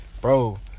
bro